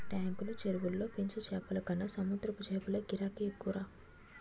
టాంకులు, చెరువుల్లో పెంచే చేపలకన్న సముద్రపు చేపలకే గిరాకీ ఎక్కువరా